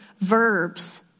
verbs